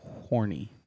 horny